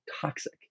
toxic